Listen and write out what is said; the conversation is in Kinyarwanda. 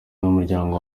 n’umuryango